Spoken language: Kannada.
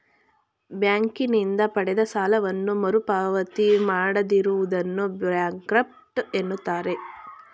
ಬ್ಯಾಂಕಿನಿಂದ ಪಡೆದ ಸಾಲವನ್ನು ಮರುಪಾವತಿ ಮಾಡದಿರುವುದನ್ನು ಬ್ಯಾಂಕ್ರಫ್ಟ ಎನ್ನುತ್ತಾರೆ